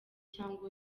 cyangwa